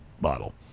bottle